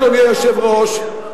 אדוני היושב-ראש,